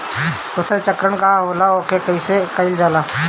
फसल चक्रण का होखेला और कईसे कईल जाला?